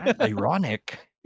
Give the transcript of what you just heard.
ironic